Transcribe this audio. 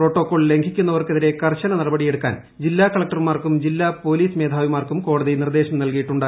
protocol ലംഘിക്കുന്നവർക്കെതിരെ കർശന നടപടിയെടുക്കാൻ ജില്ലാ കളക്ടർമാർക്കും ജില്ലാ പോലീസ് മേധാവികൾക്കും കോടതി നിർദ്ദേശവും നൽകിയിട്ടുണ്ട്